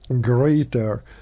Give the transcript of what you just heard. greater